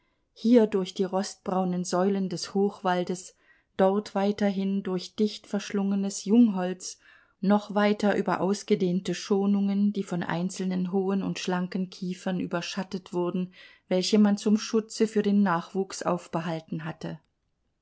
hier durch die rostbraunen säulen des hochwaldes dort weiterhin durch dicht verschlungenes jungholz noch weiter über ausgedehnte schonungen die von einzelnen hohen und schlanken kiefern überschattet wurden welche man zum schutze für den nachwuchs aufbehalten hatte